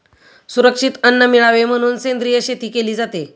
सुरक्षित अन्न मिळावे म्हणून सेंद्रिय शेती केली जाते